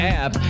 app